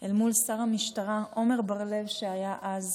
אל מול שר המשטרה עמר בר לב, שהיה אז,